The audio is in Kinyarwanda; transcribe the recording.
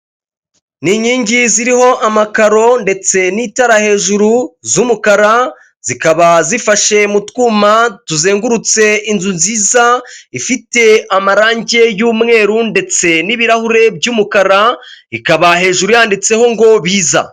Ni inkingi ziriho amakaro ndetse n'itara hejuru z'umukara, zikaba zifashe mutwuma tuzengurutse inzu nziza ifite amarangi y'mweru ndetse n'ibirahure by'umukara ikaba hejuru yanditseho ngo biza.